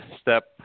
step